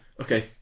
okay